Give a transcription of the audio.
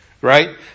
right